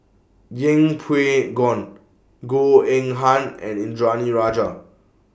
Yeng Pway Ngon Goh Eng Han and Indranee Rajah